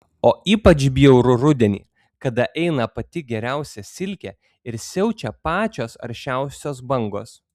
o ypač bjauru rudenį kada eina pati geriausia silkė ir siaučia pačios aršiausios bangos